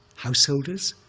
householders,